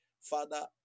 Father